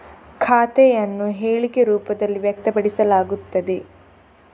ಖಾತೆಯನ್ನು ಹೇಳಿಕೆ ರೂಪದಲ್ಲಿ ವ್ಯಕ್ತಪಡಿಸಲಾಗುತ್ತದೆ